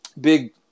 big